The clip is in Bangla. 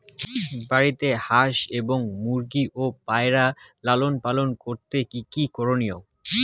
বাড়িতে হাঁস এবং মুরগি ও পায়রা লালন পালন করতে কী কী করণীয়?